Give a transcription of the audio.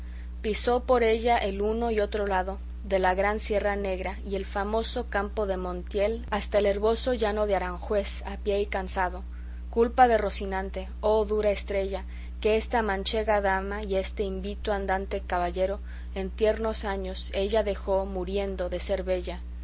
pisó por ella el uno y otro lado de la gran sierra negra y el famoso campo de montel hasta el herboso llano de aranjüez a pie y cansado culpa de rocinante oh dura estrella que esta manchega dama y este invito andante caballero en tiernos años ella dejó muriendo de ser bella